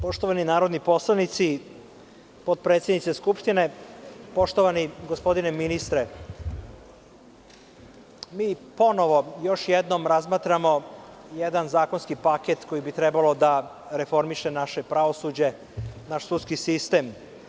Poštovani narodni poslanici, potpredsednice Skupštine, poštovani gospodine ministre, ponovo, još jednom razmatramo jedan zakonski paket koji bi trebalo da reformiše naše pravosuđe, naš sudski sistem.